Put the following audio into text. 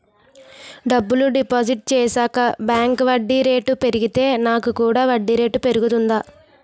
డబ్బులు డిపాజిట్ చేశాక బ్యాంక్ వడ్డీ రేటు పెరిగితే నాకు కూడా వడ్డీ రేటు పెరుగుతుందా?